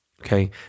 okay